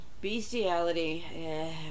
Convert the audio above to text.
Bestiality